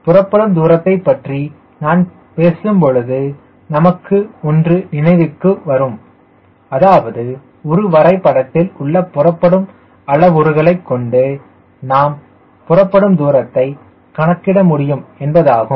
புறப்படும் தூரத்தைப் பற்றி நாம் பேசும்பொழுது நமக்கு ஒன்று நினைவிற்கு வரும் அதாவது ஒரு வரைபடத்தில் உள்ள புறப்படும் அளவுருகளைக் கொண்டு நாம் புறப்படும் தூரத்தை கணக்கிட முடியும் என்பது ஆகும்